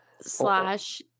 Slash